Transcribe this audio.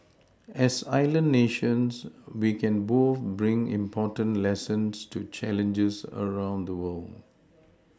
as island nations we can both bring important lessons to challenges around the world